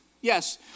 Yes